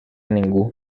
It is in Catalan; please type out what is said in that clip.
ningú